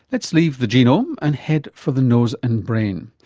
let's leave the genome and head for the nose and brain,